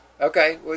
Okay